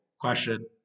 question